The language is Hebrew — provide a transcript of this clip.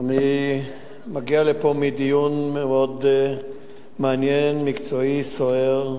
אני מגיע מדיון מאוד מעניין, מקצועי, סוער,